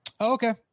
Okay